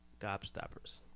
Gobstoppers